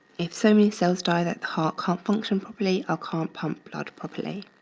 if so many cells die that the heart can't function properly or can't pump blood properly.